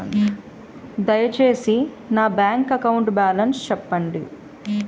దయచేసి నా bank account balance చెప్పండి